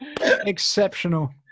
Exceptional